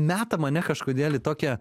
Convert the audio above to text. meta mane kažkodėl į tokią